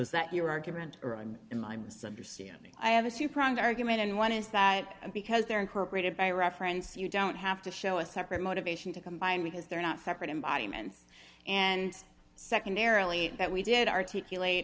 is that your argument or i'm in my misunderstanding i have a suprising argument and one is that because they are incorporated by reference you don't have to show a separate motivation to combine because they're not separate embodiments and secondarily that we did articulate